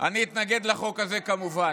אני אתנגד לחוק הזה, כמובן.